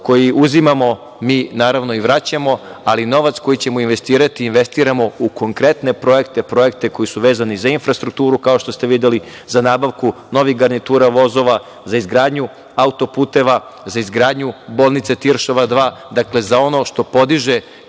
koji mi uzimamo i vraćamo, ali novac koji ćemo investirati, investiramo u konkretne projekte, projekte koji su vezani za infrastrukturu, kao što ste videli za nabavku novih garnitura vozova, za izgradnju autoputeva, za izgradnju bolnice „Tiršova 2“, za ono što podiže